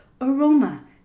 aroma